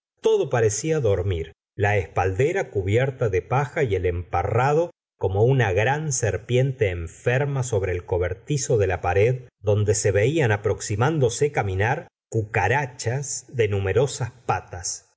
todo parecía dormir la espaldera cubierta de paja y el emparrado como una gran serpiente enferma sobre el cobertizo de la pared donde se veían aproximándose caminar cucarachas de numerosas patas